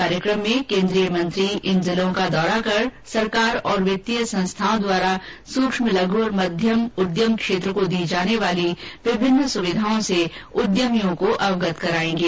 कार्यक्रम के तहत केन्द्रीय मंत्री इन जिलों का दौरा कर सरकार और वित्तीय संस्थाओं द्वारा सूक्ष्म लघु और मध्यम उद्यम क्षेत्र को दी जाने वाली विभिन्न सुविघाओं से उद्यमियों को अवगत कराएंगे